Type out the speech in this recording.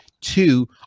Two